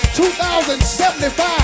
2075